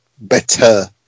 better